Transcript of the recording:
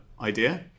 idea